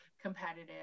competitive